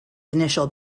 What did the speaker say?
initial